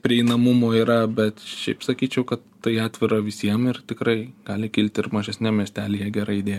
prieinamumo yra bet šiaip sakyčiau kad tai atvira visiem ir tikrai gali kilt ir mažesniam miestelyje gera idėja